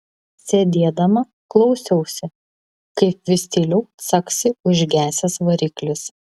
sėdėdama klausiausi kaip vis tyliau caksi užgesęs variklis